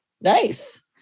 Nice